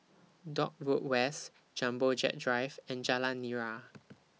Dock Road West Jumbo Jet Drive and Jalan Nira